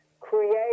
create